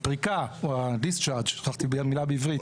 והפריקה, או ה"דיסצ'ארג'", שכחתי את המילה בעברית.